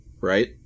right